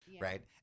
Right